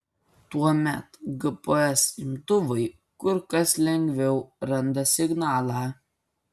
tuomet gps imtuvai kur kas lengviau randa signalą